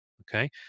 okay